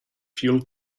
fuel